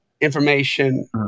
information